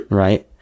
right